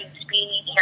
speed